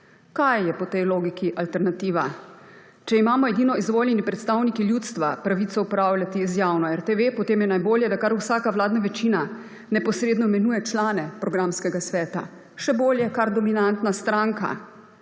Kaj je po tej logiki alternativa? Če imamo edino izvoljeni predstavniki ljudstva pravico upravljati z javno RTV, potem je najbolje, da kar vsaka vladna večina neposredno imenuje člane programskega sveta. Še bolje, kar dominantna stranka.